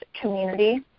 community